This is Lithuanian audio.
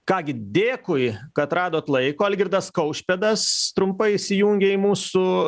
ką gi dėkui kad radot laiko algirdas kaušpėdas trumpai įsijungė į mūsų